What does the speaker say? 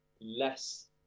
less